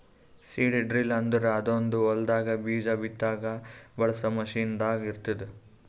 seed drill ಅಂದುರ್ ಅದೊಂದ್ ಹೊಲದಾಗ್ ಬೀಜ ಬಿತ್ತಾಗ್ ಬಳಸ ಮಷೀನ್ ದಾಗ್ ಇರ್ತ್ತುದ